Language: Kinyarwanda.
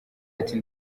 ati